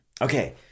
Okay